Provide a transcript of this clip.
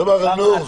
סבאח אל נור.